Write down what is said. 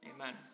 Amen